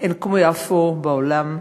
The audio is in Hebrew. אין כמו יפו בעולם,